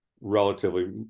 relatively